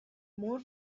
more